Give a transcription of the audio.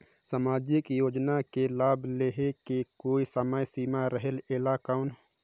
समाजिक योजना मे लाभ लहे के कोई समय सीमा रहे एला कौन?